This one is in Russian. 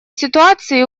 ситуации